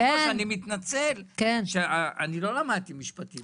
אני מתנצל שאני לא למדתי משפטים.